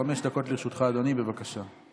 חמש דקות לרשותך, אדוני, בבקשה.